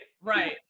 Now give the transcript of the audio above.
right